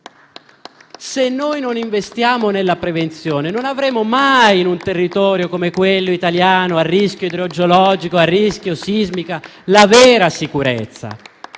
Se non investiamo nella prevenzione, non avremo mai, in un territorio come quello italiano, a rischio idrogeologico e sismico, la vera sicurezza.